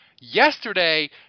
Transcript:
Yesterday